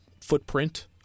footprint